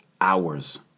hours